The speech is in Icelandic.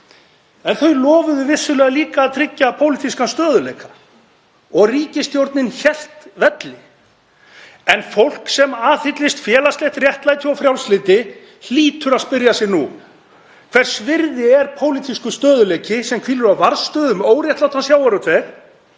Þau lofuðu vissulega líka að tryggja pólitískan stöðugleika og ríkisstjórnin hélt velli. En fólk sem aðhyllist félagslegt réttlæti og frjálslyndi hlýtur að spyrja sig nú: Hvers virði er pólitískur stöðugleiki sem hvílir á varðstöðu um óréttlátan sjávarútveg,